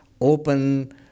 open